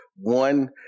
One